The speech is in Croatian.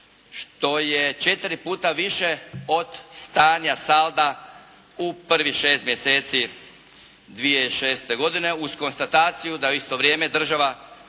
što je četiri puta više od stanja salda u prvih šest mjeseci 2006. godine uz konstataciju da je u isto vrijeme država